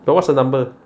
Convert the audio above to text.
what's her number